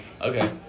Okay